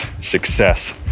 success